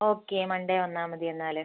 okay Monday വന്നാൽമതി എന്നാൽ